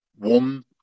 one